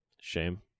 shame